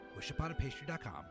wishuponapastry.com